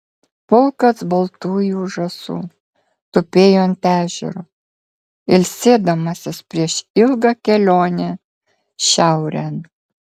pulkas baltųjų žąsų tupėjo ant ežero ilsėdamasis prieš ilgą kelionę šiaurėn